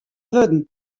wurden